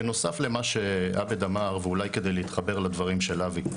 בנוסף למה שעבד אמר ואולי כדי להתחבר לדברים של אבי,